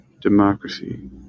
democracy